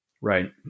right